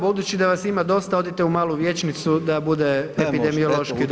budući da vas ima dosta odite u malu vijećnicu da bude epidemiološki dobro.